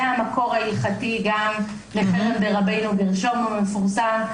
זה המקור ההלכתי גם לחרם דרבנו גרשום המפורסם.